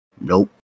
nope